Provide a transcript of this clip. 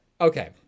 Okay